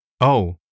Oh